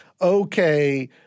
Okay